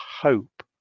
hope